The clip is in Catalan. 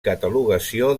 catalogació